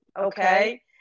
Okay